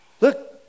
Look